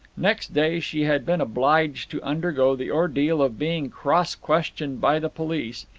next day she had been obliged to undergo the ordeal of being cross-questioned by the police,